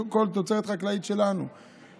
סימון תוצרת, אתה